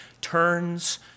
turns